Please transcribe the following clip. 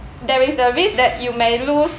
there is a risk that you may lose